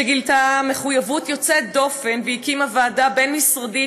שגילתה מחויבות יוצאת דופן והקימה ועדה בין-משרדית